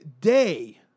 day